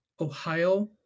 Ohio